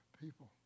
people